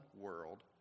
world